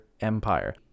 Empire